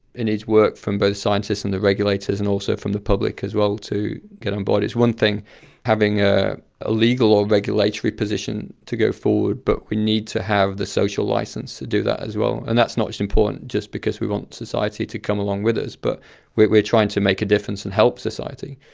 it needs work from both scientists and the regulators and also from the public as well to get on board. it's one thing having ah a legal or regulatory position to go forward, but we need to have the social licence to do that as well. and that's not just important because we want society to come along with us, but we are trying to make a difference and help society.